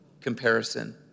comparison